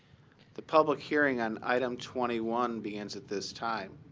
the public hearing on item twenty one begins at this time.